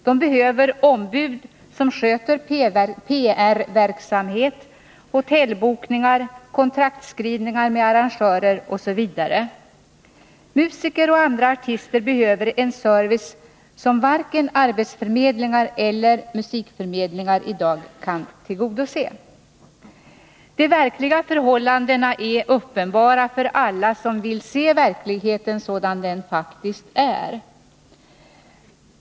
De behöver ombud som sköter PR-verksamhet, hotellbokningar, kontraktskrivningar med arrangörer osv. Musiker och andra artister behöver en service som varken arbetsförmedlingar eller musikförmedlingar i dag kan tillgodose. De verkliga förhållandena är uppenbara för alla som vill se verkligheten sådan den faktiskt är.